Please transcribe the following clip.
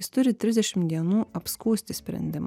jis turi trisdešim dienų apskųsti sprendimą